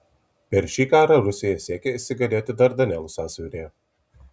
per šį karą rusija siekė įsigalėti dardanelų sąsiauryje